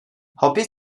hapis